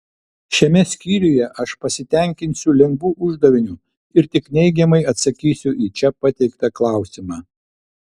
šiame skyriuje aš pasitenkinsiu lengvu uždaviniu ir tik neigiamai atsakysiu į čia pateiktą klausimą